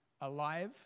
alive